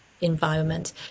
environment